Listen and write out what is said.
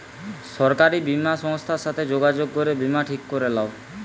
সরকারি বীমা সংস্থার সাথে যোগাযোগ করে বীমা ঠিক করে লাও